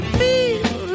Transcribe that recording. feel